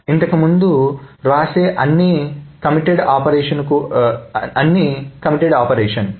ఇంతకుముందు వ్రాసే అన్నీ కూడా కమిటెడ్ ఆపరేషన్స్